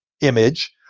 image